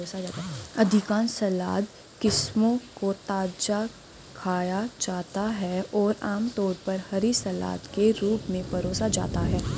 अधिकांश सलाद किस्मों को ताजा खाया जाता है और आमतौर पर हरी सलाद के रूप में परोसा जाता है